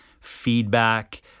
feedback